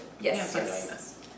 yes